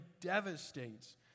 devastates